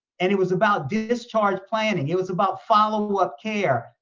and it was about discharge planning. it was about follow-up care,